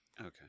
Okay